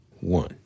One